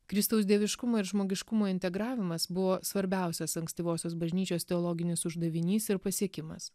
kristaus dieviškumo ir žmogiškumo integravimas buvo svarbiausias ankstyvosios bažnyčios teologinis uždavinys ir pasiekimas